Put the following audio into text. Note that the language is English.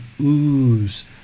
ooze